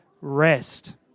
Rest